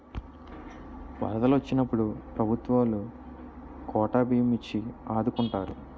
వరదలు వొచ్చినప్పుడు ప్రభుత్వవోలు కోటా బియ్యం ఇచ్చి ఆదుకుంటారు